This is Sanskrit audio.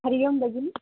हरिः ओं भगिनी